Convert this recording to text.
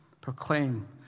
proclaim